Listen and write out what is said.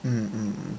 mm mm mm